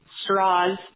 straws